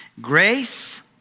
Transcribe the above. Grace